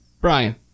Brian